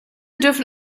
dürfen